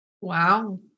Wow